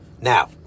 Now